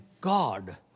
God